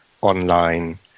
online